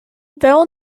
vowel